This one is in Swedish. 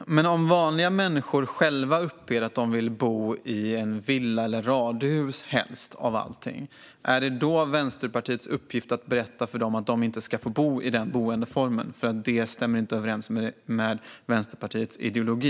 Fru talman! Men om vanliga människor själva uppger att de helst av allt vill bo i en villa eller ett radhus, är det då Vänsterpartiets uppgift att berätta för dem att de inte ska få bo i den boendeformen därför att det inte stämmer överens med Vänsterpartiets ideologi?